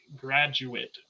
graduate